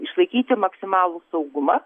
išlaikyti maksimalų saugumą